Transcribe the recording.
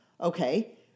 Okay